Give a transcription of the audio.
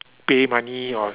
pay money or